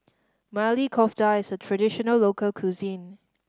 Maili Kofta is a traditional local cuisine